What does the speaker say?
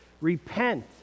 Repent